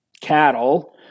cattle